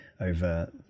over